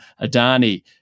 Adani